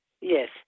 yes